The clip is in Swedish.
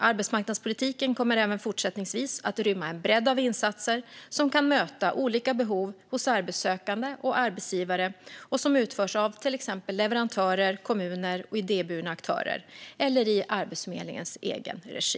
Arbetsmarknadspolitiken kommer även fortsättningsvis att rymma en bredd av insatser som kan möta olika behov hos arbetssökande och arbetsgivare och som utförs av till exempel leverantörer, kommuner och idéburna aktörer eller i Arbetsförmedlingens egen regi.